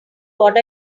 what